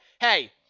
hey